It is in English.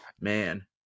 Man